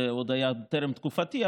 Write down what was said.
זה היה טרם תקופתי,